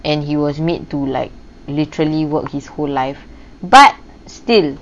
and he was made to like literally work his whole life but still